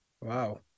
Wow